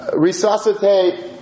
resuscitate